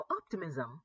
optimism